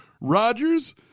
Rodgers